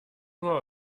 nur